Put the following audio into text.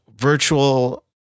virtual